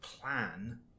plan